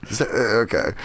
Okay